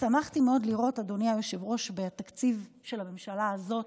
שמחתי מאוד לראות בתקציב של הממשלה הזאת,